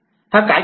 हा काय करतो